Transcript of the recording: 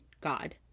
God